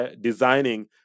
designing